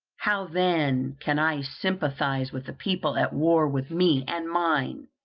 how then can i sympathize with a people at war with me and mine?